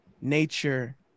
nature